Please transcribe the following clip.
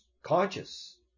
Conscious